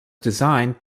designed